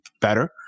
better